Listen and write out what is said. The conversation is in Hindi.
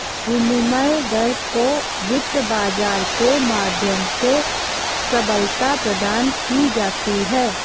विनिमय दर को वित्त बाजार के माध्यम से सबलता प्रदान की जाती है